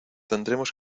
tendremos